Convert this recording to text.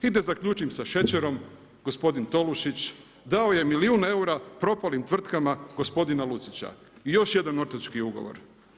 I da zaključim sa šećerom, gospodin Tolušić, dao je milijun eura propalim tvrtkama gospodina Lucića – i još jedan ortački ugovor.